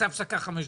הפסידו כסף.